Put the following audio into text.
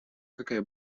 какая